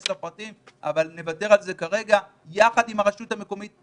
לפרטים אבל נוותר על זה כרגע יחד עם הרשות המקומית.